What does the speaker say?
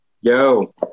yo